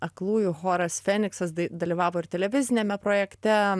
aklųjų choras feniksas da dalyvavo ir televiziniame projekte